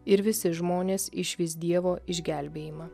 ir visi žmonės išvys dievo išgelbėjimą